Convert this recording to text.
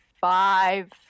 five